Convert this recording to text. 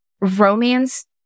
romance